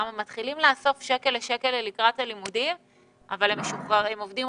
ואוספים שקל ועוד שקל לקראת הלימודים אבל הם עובדים